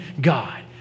God